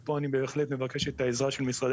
ופה אני בהחלט מבקש את העזרה של משרדי